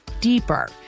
deeper